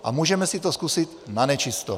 A můžeme si to zkusit nanečisto.